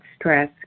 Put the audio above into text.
stress